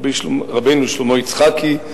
רבנו שלמה יצחקי,